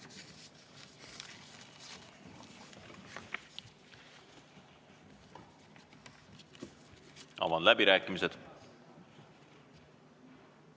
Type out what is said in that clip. Avan läbirääkimised.